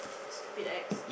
stupid ex